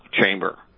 chamber